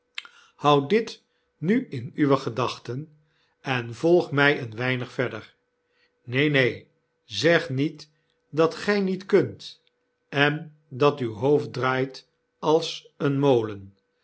houd dit nu in uwe gedachten en volg mij een weinig verder neen neen zeg niet dat gy niet kunt en dat uw hoofd draait als een molen